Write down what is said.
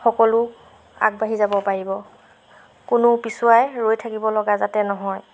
সকলো আগবাঢ়ি যাব পাৰিব কোনো পিছুৱাই ৰৈ থাকিব লগা যাতে নহয়